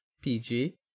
pg